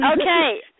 Okay